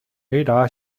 雷达